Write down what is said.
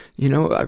you know,